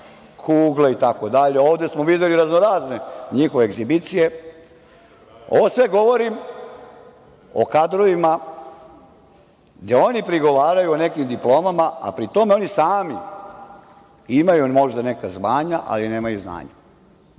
kugle, itd. Ovde smo videli raznorazne njihove egzibicije. Ovo sve govorim o kadrovima gde oni prigovaraju o nekim diplomama, a pri tome oni sami imaju možda neka zvanja ali nemaju znanja,